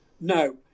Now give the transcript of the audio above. No